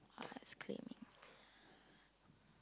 uh exclaiming